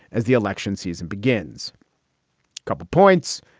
as the election season begins, a couple of points.